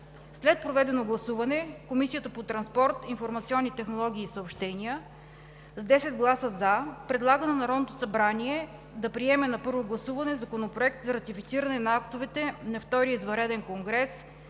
След проведеното гласуване Комисията по транспорт, информационни технологии и съобщения с 10 гласа „за“ предлага на Народното събрание да приеме на първо гласуване Законопроект за ратифициране на актовете на Втория извънреден конгрес